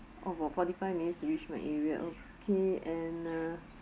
oh for forty five minutes to reach my area okay and uh